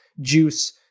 juice